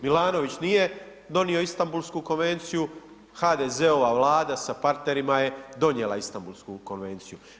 Milanović nije donio Istambulsku konvenciju, HDZ-ova Vlada sa partnerima je donijela Istambulsku konvenciju.